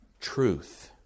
truth